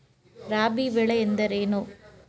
ರಾಬಿ ಬೆಳೆ ಎಂದರೇನು?